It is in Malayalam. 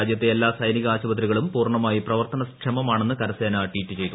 രാജ്യത്തെ എല്ലാ സൈനിക ആശുപത്രികളും പൂർണ്ണമായി പ്രവർത്തന ക്ഷമമാണെന്ന് കരസേന ട്വീറ്റ് ചെയ്തു